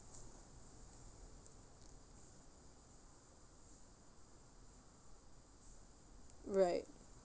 right